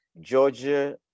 Georgia